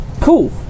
cool